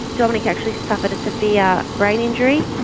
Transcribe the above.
dominic actually suffered a severe brain injury.